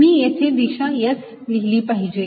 मी इथे दिशा S लिहिली पाहिजे